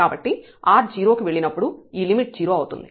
కాబట్టి r 0 కి వెళ్ళినప్పుడు ఈ లిమిట్ 0 అవుతుంది